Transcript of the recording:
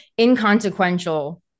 inconsequential